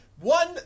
One